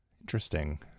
Interesting